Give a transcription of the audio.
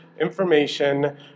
information